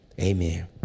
Amen